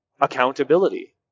accountability